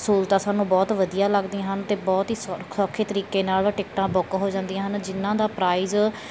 ਸਹੂਲਤਾਂ ਸਾਨੂੰ ਬਹੁਤ ਵਧੀਆ ਲੱਗਦੀਆਂ ਹਨ ਅਤੇ ਬਹੁਤ ਹੀ ਸੌਖੇ ਤਰੀਕੇ ਨਾਲ ਟਿਕਟਾਂ ਬੁੱਕ ਹੋ ਜਾਂਦੀਆਂ ਹਨ ਜਿਨ੍ਹਾਂ ਦਾ ਪ੍ਰਾਈਜ਼